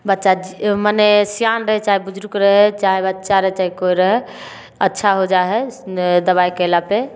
बच्चा मने सियान रहै चाहे बुजुर्ग रहै चाहे बच्चा रहै चाहे कोइ रहै अच्छा हो जाइ है दबाइ केला पे